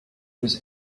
was